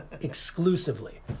exclusively